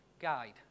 guide